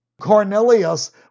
Cornelius